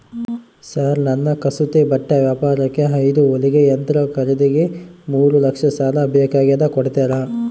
Sir ನನ್ನ ಕಸೂತಿ ಬಟ್ಟೆ ವ್ಯಾಪಾರಕ್ಕೆ ಐದು ಹೊಲಿಗೆ ಯಂತ್ರ ಖರೇದಿಗೆ ಮೂರು ಲಕ್ಷ ಸಾಲ ಬೇಕಾಗ್ಯದ ಕೊಡುತ್ತೇರಾ?